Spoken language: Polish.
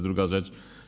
Druga rzecz.